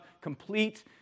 complete